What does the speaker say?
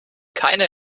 keine